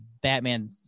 Batman